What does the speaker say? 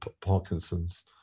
Parkinson's